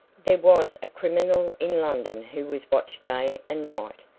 there was a criminal in london who was watched day and night.